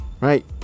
right